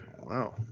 Wow